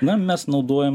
na mes naudojam